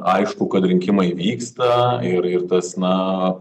aišku kad rinkimai vyksta ir ir tas na